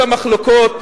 המחלוקות,